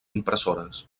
impressores